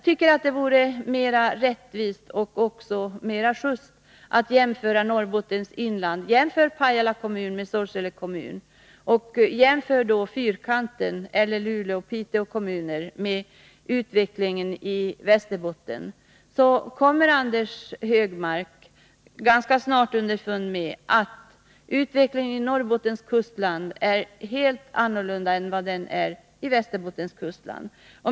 Det vore mera rättvist att jämföra Norrbottens inland med Västerbottens inland. Jämför Sorsele kommun med Pajala kommun! Jämför utvecklingen i Fyrkanten, eller i Luleå och Piteå kommuner, med utvecklingen i Västerbotten! Då kommer Anders Högmark ganska snart underfund med att utvecklingen i Norrbottens kustland skiljer sig helt från utvecklingen i Västerbottens kustland.